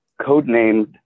codenamed